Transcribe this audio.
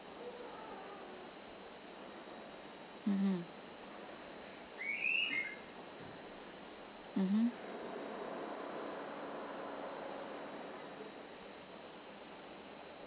mmhmm mmhmm